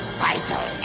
vital